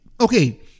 Okay